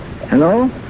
hello